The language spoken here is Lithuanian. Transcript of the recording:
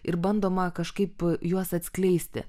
ir bandoma kažkaip juos atskleisti